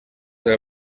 del